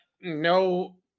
no